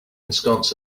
ensconce